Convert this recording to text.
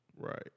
Right